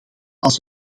als